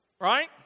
right